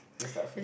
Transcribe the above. you start first